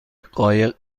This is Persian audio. قایق